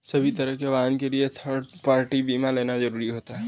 सभी तरह के वाहन के लिए थर्ड पार्टी बीमा लेना जरुरी होता है